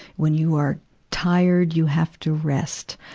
when you are tired, you have to rest.